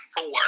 four